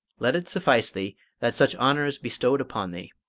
let it suffice thee that such honour is bestowed upon thee.